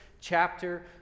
chapter